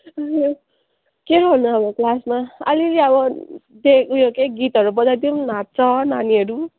उँ के गर्नु अब क्लासमा अलिअलि अब त्यही उयो के रे गीतहरू बजाइदिउँ नाच्छ नानीहरू